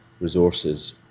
resources